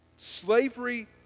Slavery